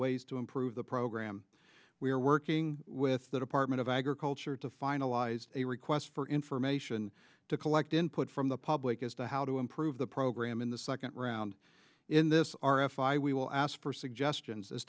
ways to improve the program we are working with the department of agriculture to finalize a request for information to collect input from the public as to how to improve the program in the second round in this r f i we will ask for suggestions as